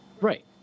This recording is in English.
right